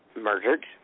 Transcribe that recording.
murdered